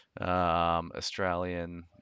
Australian